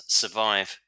survive